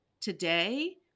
today